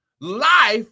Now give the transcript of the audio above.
Life